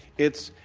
it's,